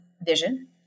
vision